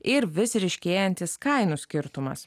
ir vis ryškėjantis kainų skirtumas